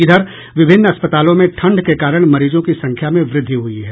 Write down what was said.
इधर विभिन्न अस्पतालों में ठंड के कारण मरीजों की संख्या में वृद्धि हुयी है